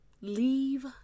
leave